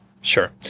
Sure